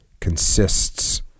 consists